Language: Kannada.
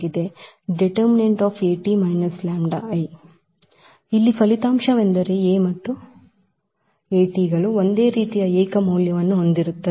det ಇಲ್ಲಿ ಫಲಿತಾಂಶವೆಂದರೆ A ಮತ್ತು ಗಳು ಒಂದೇ ರೀತಿಯ ಏಕ ಮೌಲ್ಯವನ್ನು ಹೊಂದಿರುತ್ತವೆ